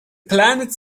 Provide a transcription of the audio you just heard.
planet